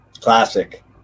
Classic